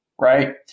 right –